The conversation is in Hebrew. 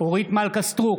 אורית מלכה סטרוק,